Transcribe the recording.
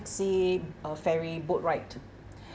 sea uh ferry boat ride